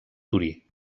torí